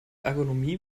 ergonomie